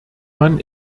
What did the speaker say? man